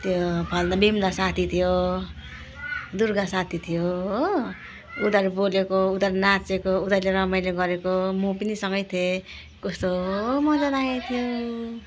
त्यो पहिला त बिमला साथी थियो दुर्गा साथी थियो हो उनीहरू बोलेको उनीहरू नाचेको उनीहरूले रमाइलो गरेको म पनि सँगै थिएँ कस्तो मजा लागेको थियो